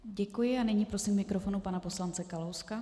Děkuji a nyní prosím k mikrofonu pana poslance Kalouska.